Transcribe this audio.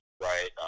right